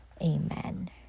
Amen